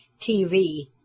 TV